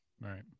Right